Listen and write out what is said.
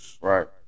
Right